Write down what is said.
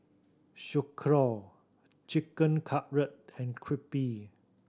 Sauerkraut Chicken Cutlet and Crepe